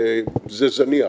זה זניח.